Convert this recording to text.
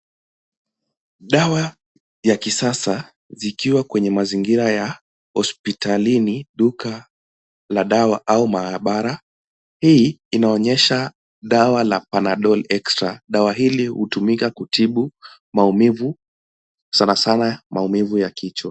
Dawa ya kisasa zikiwa kwenye mazingira ya hospitalini, duka la dawa au maabara. Hii inaonesha dawa la Panadol Extra. Dawa hili hutumika kutibu maumivu, sana sana maumivu ya kichwa.